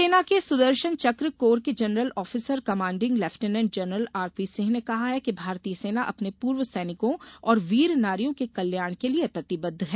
वीर नारी रैली सेना के सुदर्शन चक कोर के general officer commanding lieutenant general R सिंह ने कहा है भारतीय सेना अपने पूर्व सैनिकों और वीर नारियों के कल्याण के प्रतिबंद्व है